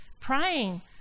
praying